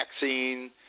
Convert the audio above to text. vaccine